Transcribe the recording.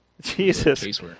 Jesus